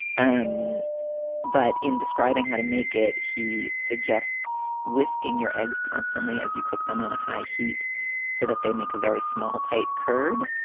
um but in describing how to make it, he suggests whisking your eggs constantly as you cook them on a high heat so that they make a very small, tight curd,